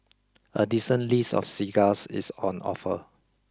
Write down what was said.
a decent list of cigars is on offer